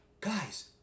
guys